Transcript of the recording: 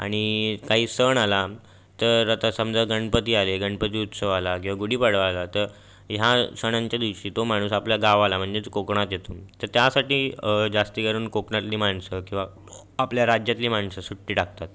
आणि काही सण आला तर आता समजा गणपती आले गणपती उत्सव आला किंवा गुढीपाडवा आला तर ह्या सणांच्या दिवशी तो माणूस आपल्या गावाला म्हणजेच कोकणात येतो तर त्यासाठी जास्तीकरून कोकणातली माणसं किंवा आपल्या राज्यातली माणसं सुट्टी टाकतात